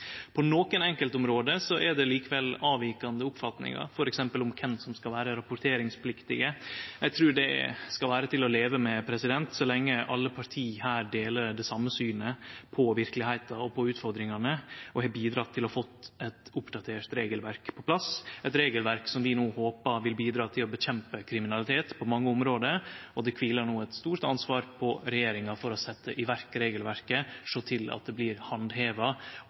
På nokre enkeltområde er det likevel avvikande oppfatningar, f.eks. om kven som skal vere rapporteringspliktige. Eg trur det skal vere til å leve med, så lenge alle partia deler det same synet på verkelegheita og utfordringane, og har bidrege til å få eit oppdatert regelverk på plass, eit regelverk som vi no håpar vil bidra til å nedkjempe kriminalitet på mange område. Det kviler no eit stort ansvar på regjeringa for å setje i verk regelverket, sjå til at det blir handheva,